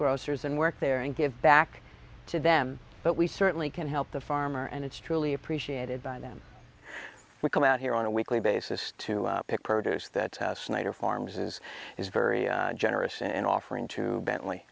grocers and work there and give back to them but we certainly can help the farmer and it's truly appreciated by them we come out here on a weekly basis to pick produce that snyder farms is is very generous and offering to bentley